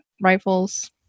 rifles